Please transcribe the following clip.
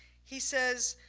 he says,